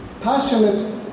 passionate